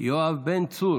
יואב בן צור.